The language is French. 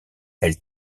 elle